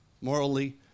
morally